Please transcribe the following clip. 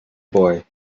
boy